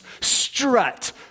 strut